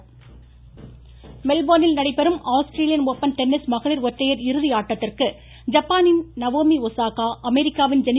open tennis மெல்போர்னில் நடைபெறும் Australian open tennis மகளிர் ஒற்றையர் இறுதி ஆட்டத்திற்கு ஜப்பானின் நவோமி ஒசாகா அமெரிக்காவின் ஜெனி